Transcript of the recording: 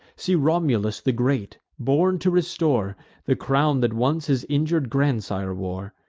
see romulus the great, born to restore the crown that once his injur'd grandsire wore.